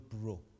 broke